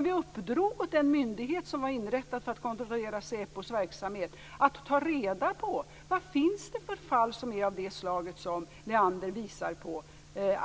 Vi uppdrog åt den myndighet som var inrättad för att kontrollera säpos verksamhet att ta reda på: Vad finns det för fall som är av det slag som Leanderfallet visar på